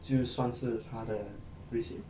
就算是她的 receipt